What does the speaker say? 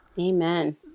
Amen